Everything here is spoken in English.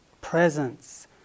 presence